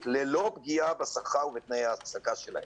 ללא פגיעה בשכר ובתנאי העסקה שלהם.